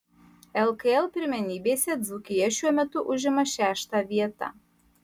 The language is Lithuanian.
lkl pirmenybėse dzūkija šiuo metu užima šeštą vietą